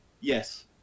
yes